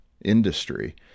industry